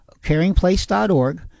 caringplace.org